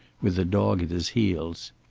with the dog at his heels.